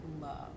love